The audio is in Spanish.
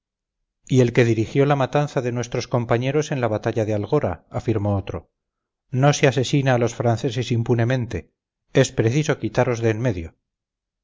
y el que dirigió la matanza de nuestros compañeros en la batalla de algora afirmó otro no se asesina a los franceses impunemente es preciso quitaros de en medio